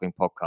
Podcast